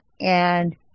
and-